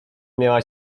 miała